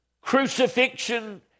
crucifixion